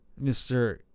Mr